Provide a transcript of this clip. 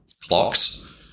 clocks